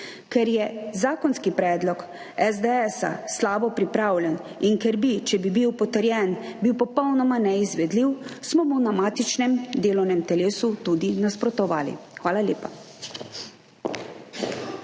Ker je zakonski predlog SDS slabo pripravljen in ker bi bil, če bi bil potrjen, popolnoma neizvedljiv, smo mu na matičnem delovnem telesu tudi nasprotovali. Hvala lepa.